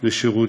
לשירות